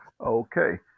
Okay